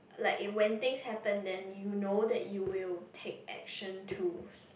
like when things happen then you know that you will take action too